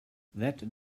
that